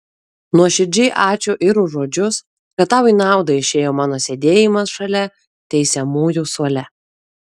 nuoširdžiai ačiū ir už žodžius kad tau į naudą išėjo mano sėdėjimas šalia teisiamųjų suole